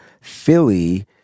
Philly